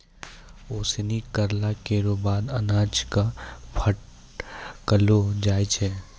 ओसौनी करला केरो बाद अनाज क फटकलो जाय छै